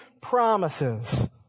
promises